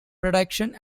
production